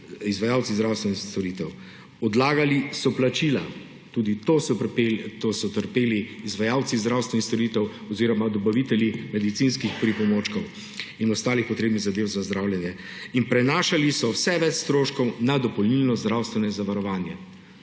izvajalci zdravstvenih storitev, odlagali so plačila, tudi tu so trpeli izvajalci zdravstvenih storitev oziroma dobavitelji medicinskih pripomočkov in ostalih potrebnih zadev za zdravljenje. In prenašali so vse več stroškov na dopolnilno zdravstveno zavarovanje,